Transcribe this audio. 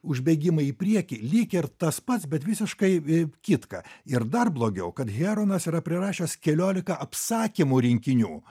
užbėgimai į priekį lyg ir tas pats bet visiškai kitka ir dar blogiau kad heronas yra prirašęs keliolika apsakymų rinkinių